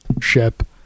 ship